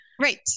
right